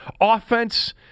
offense